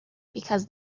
because